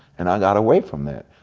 and i got away from that.